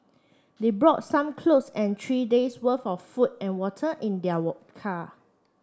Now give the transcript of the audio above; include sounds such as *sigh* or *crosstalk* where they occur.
they brought some clothes and three days' worth of food and water in their *unintelligible* car